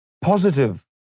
positive